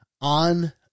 on